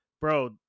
bro